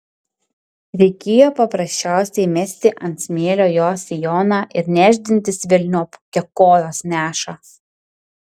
reikėjo paprasčiausiai mesti ant smėlio jos sijoną ir nešdintis velniop kiek kojos neša